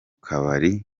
kabari